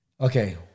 Okay